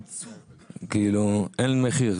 כאילו אין מחיר,